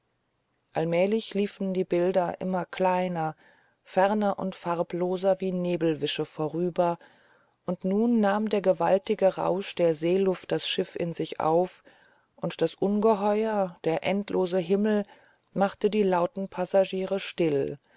allmählich liefen die bilder immer kleiner ferner und farbloser wie nebelwische vorüber und nun nahm der gewaltige rausch der seeluft das schiff in sich auf und das ungeheuer der endlose himmel machte die lauten passagiere still